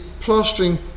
plastering